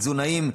תזונאים,